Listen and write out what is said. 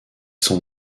son